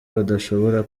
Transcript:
badashobora